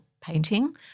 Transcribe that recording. painting